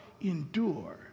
endure